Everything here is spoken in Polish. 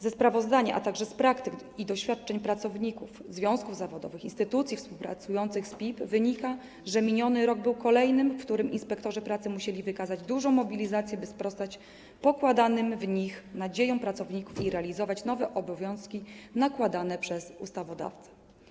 Ze sprawozdania, a także z praktyk i doświadczeń pracowników, związków zawodowych, instytucji współpracujących z PiP wynika, że miniony rok był kolejnym, w którym inspektorzy pracy musieli wykazać dużą mobilizację, by sprostać pokładanym w nich nadziejom pracowników i realizować nowe obowiązki nakładane przez ustawodawcę.